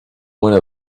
one